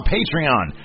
Patreon